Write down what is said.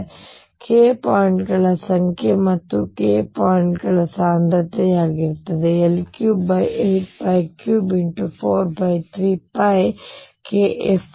ಆದ್ದರಿಂದ k point ಗಳ ಸಂಖ್ಯೆ ಮತ್ತು ಇದು k ಪಾಯಿಂಟ್ ಗಳ ಸಾಂದ್ರತೆಯಾಗಿರುತ್ತದೆ L38343kF3